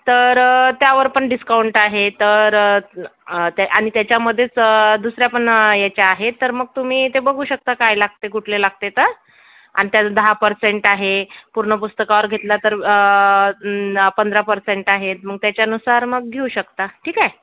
तर त्यावर पण डिस्काउंट आहे तर ते आणि त्याच्यामधेच दुसऱ्या पण याच्या आहेत तर मग तुम्ही ते बघू शकता काय लागते कुठले लागते तर आणि त्याचं दहा पर्सेंट आहे पूर्ण पुस्तकावर घेतला तर पंधरा पर्सेंट आहे मग त्याच्यानुसार मग घेऊ शकता ठीक आहे